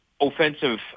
offensive